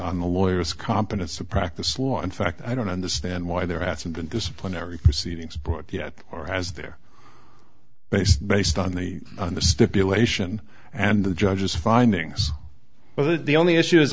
on the lawyers comp and it's a practice law in fact i don't understand why there hasn't been disciplinary proceedings brought yet or has there based based on the on the stipulation and the judge's findings well that the only issue